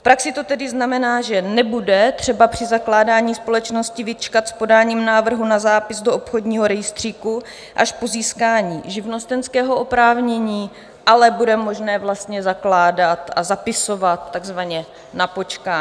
V praxi to tedy znamená, že nebude třeba při zakládání společnosti vyčkat s podáním návrhu na zápis do obchodního rejstříku až po získání živnostenského oprávnění, ale bude možné zakládat a zapisovat takzvaně na počkání.